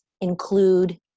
include